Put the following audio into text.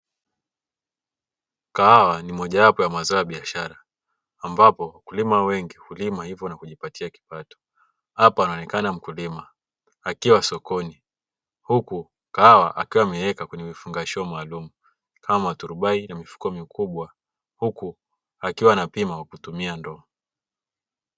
Kahawa ni mojawapo ya mazao ya biashara ambapo mkulima wengi kulima hivyo na kujipatia kipato. Hapa anaonekana mkulima akiwa sokoni huku kahawa akiwa ameweka kwenye vifungashio maalumu kama turubai na mifuko mikubwa huku akiwa anapima kutumia ndoo.